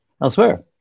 Elsewhere